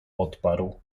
odparł